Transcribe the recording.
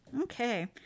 okay